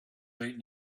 right